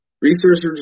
researchers